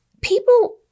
People